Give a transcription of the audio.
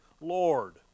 Lord